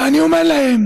ואני אומר להם: